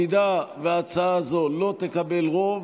אם ההצעה הזו לא תקבל רוב,